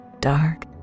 Dark